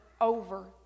over